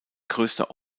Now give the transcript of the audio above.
größter